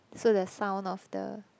so the sound of the